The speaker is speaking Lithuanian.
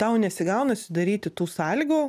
tau nesigauna sudaryti tų sąlygų